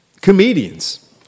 comedians